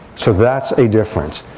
so that's a difference.